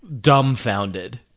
dumbfounded